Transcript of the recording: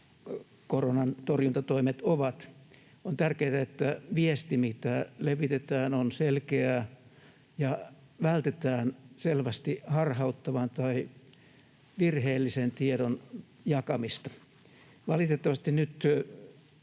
koronan torjuntatoimet ovat, on tärkeää, että viesti, mitä levitetään, on selkeää ja vältetään selvästi harhauttavan tai virheellisen tiedon jakamista. Valitettavasti